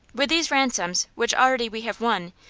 with these ransoms, which already we have won,